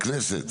בכנסת?